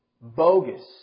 bogus